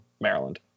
Maryland